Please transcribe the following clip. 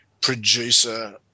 producer